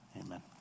amen